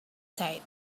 said